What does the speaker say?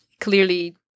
Clearly